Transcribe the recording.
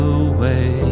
away